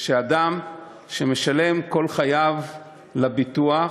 שאדם שמשלם כל חייו לביטוח,